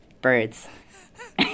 birds